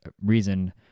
reason